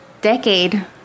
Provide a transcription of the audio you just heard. decade